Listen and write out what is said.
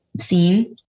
seen